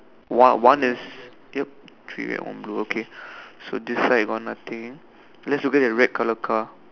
one one is yup three red one blue okay so this side got nothing so let's look at the red colour car